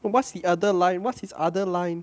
but what's the other line what's his other line